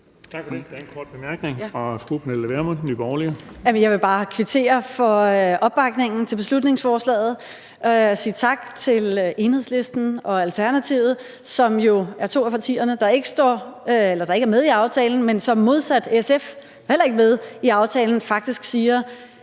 Jeg vil bare kvittere for opbakningen til beslutningsforslaget og sige tak til Enhedslisten og Alternativet, som jo er to af partierne, der ikke er med i aftalen, men som modsat SF, der heller ikke er med i aftalen, faktisk siger,